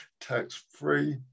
tax-free